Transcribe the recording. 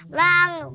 long